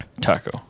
taco